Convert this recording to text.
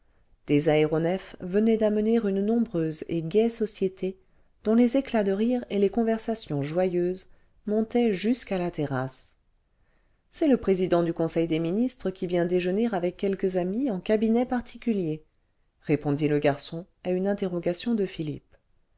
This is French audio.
des aéronefs venaient d'amener une nombreuse et gaie société dont les éclats de rire et les conversations joyeuses montaient jusqu'à la terrasse ce c'est le président du conseil des ministres qui vient déjeuner avec quelques amis en cabinet particulier répondit le garçon à une interrogation de philippe